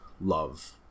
love